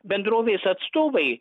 bendrovės atstovai